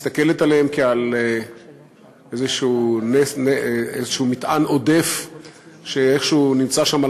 מסתכלת עליהם כעל איזה מטען עודף שאיכשהו נמצא שם על